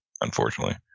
unfortunately